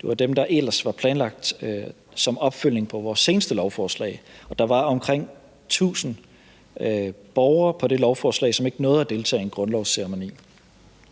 Det var dem, der ellers var planlagt som opfølgning på vores seneste lovforslag. Der var omkring 1.000 borgere på det lovforslag, som ikke nåede at deltage i en grundlovsceremoni.